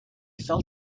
felt